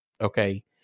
Okay